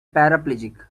paraplegic